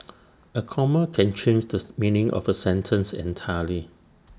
A comma can change does meaning of A sentence entirely